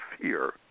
fear